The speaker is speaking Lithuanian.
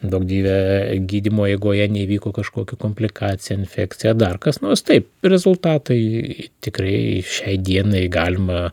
duok dieve gydymo eigoje neįvyko kažkokių komplikacijų infekcija ar dar kas nors taip rezultatai tikrai šiai dienai galima